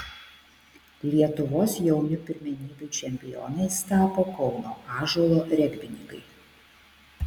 lietuvos jaunių pirmenybių čempionais tapo kauno ąžuolo regbininkai